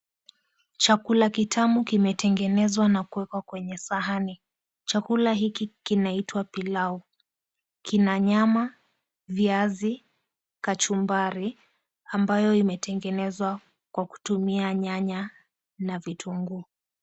Chakula kitamu kimetengenezwa na kuwekwa kwenye sahani . Chakula hiki kinaitwa pilau. Kina nyama, viazi, kachumbari, ambayo imetengenezwa kwa kutumia nyanya na vitunguu.